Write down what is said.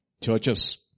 Churches